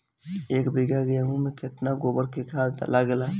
एक बीगहा गेहूं में केतना गोबर के खाद लागेला?